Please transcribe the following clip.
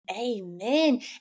Amen